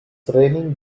raining